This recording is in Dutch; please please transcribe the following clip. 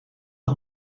aan